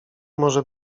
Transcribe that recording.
może